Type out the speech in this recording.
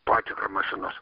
patikrą mašinos